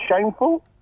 shameful